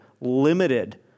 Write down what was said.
limited